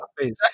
face